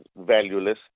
valueless